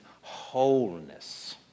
wholeness